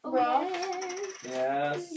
Yes